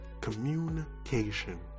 Communication